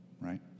Right